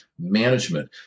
Management